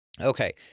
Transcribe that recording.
Okay